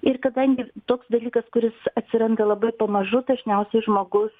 ir kadangi toks dalykas kuris atsiranda labai pamažu dažniausiai žmogus